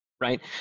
Right